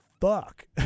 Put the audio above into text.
fuck